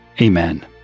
Amen